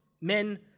men